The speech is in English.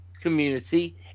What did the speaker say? community